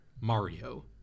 Mario